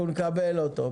אנחנו נקבל אותו,